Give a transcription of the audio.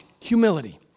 humility